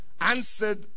answered